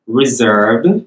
reserved